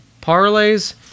parlays